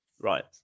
right